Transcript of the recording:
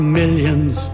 millions